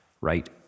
right